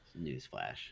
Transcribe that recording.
newsflash